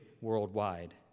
worldwide